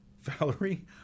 Valerie